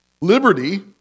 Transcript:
Liberty